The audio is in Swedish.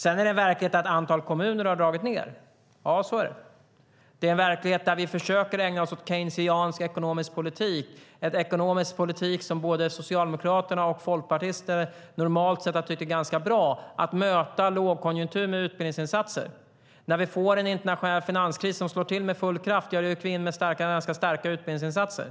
Sedan är det en verklighet att ett antal kommuner har dragit ned. Så är det. Det är en verklighet där vi försöker ägna oss åt keynesiansk ekonomisk politik, en ekonomisk politik som både socialdemokrater och folkpartister normalt sett har tyckt är ganska bra, det vill säga att möta lågkonjunktur med utbildningsinsatser. När vi får en internationell finanskris med full kraft, ja, då rycker vi in med ganska starka utbildningsinsatser.